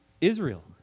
Israel